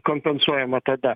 kompensuojama tada